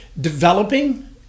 developing